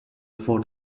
for